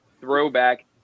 throwback